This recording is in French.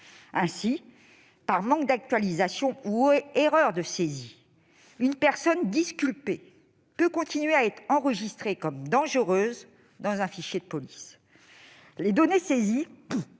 Ainsi, par manque d'actualisation ou erreur de saisie, une personne disculpée peut continuer à être enregistrée comme « dangereuse » dans un fichier de police. Les données saisies peuvent